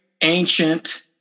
ancient